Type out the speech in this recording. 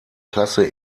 klasse